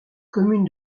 commune